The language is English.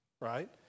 Right